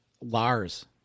Lars